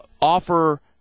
offer